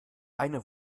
eine